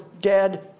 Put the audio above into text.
dead